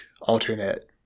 alternate